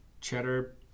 cheddar